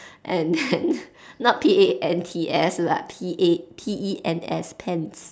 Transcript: and then not P A N T S lah P A P E N S pens